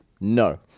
No